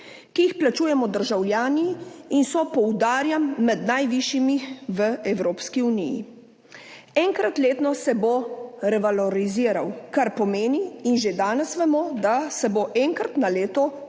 ki jih plačujemo državljani in so, poudarjam, med najvišjimi v Evropski uniji. Enkrat letno se bo revaloriziral, kar pomeni, že danes vemo, da se bo enkrat na leto